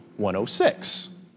106